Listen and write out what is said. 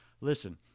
Listen